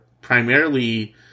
primarily